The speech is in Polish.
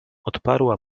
odparła